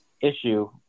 issue